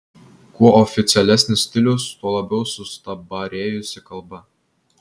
kuo oficialesnis stilius tuo labiau sustabarėjusi kalba